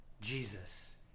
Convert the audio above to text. Jesus